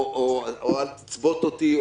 או אל תצבוט אותי,